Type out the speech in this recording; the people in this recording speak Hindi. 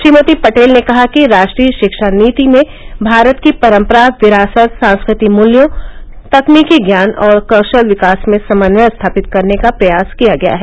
श्रीमती पटेल ने कहा कि राष्ट्रीय शिक्षा नीति में भारत की परम्परा विरासत सांस्कृतिक मूल्यों और तकनीकी ज्ञान तथा कौशल विकास में समन्वय स्थापित करने का प्रयास किया गया है